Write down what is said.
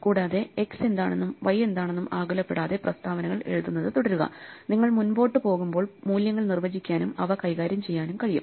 കൂടാതെ x എന്താണെന്നും y എന്താണെന്നും ആകുലപ്പെടാതെ പ്രസ്താവനകൾ എഴുതുന്നത് തുടരുക നിങ്ങൾ മുൻപോട്ടു പോകുമ്പോൾ മൂല്യങ്ങൾ നിർവചിക്കാനും അവ കൈകാര്യം ചെയ്യാനും കഴിയും